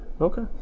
Okay